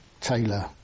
Taylor